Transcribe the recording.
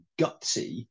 gutsy